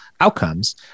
outcomes